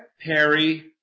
Perry